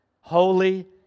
holy